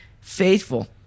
faithful